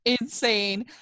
insane